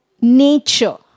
nature